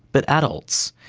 but adults.